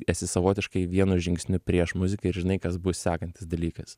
esi savotiškai vienu žingsniu prieš muziką ir žinai kas bus sekantis dalykas